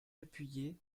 appuyer